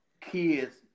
kids